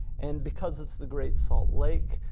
and because it's the great salt lake,